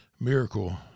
miracle